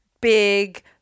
big